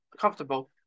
comfortable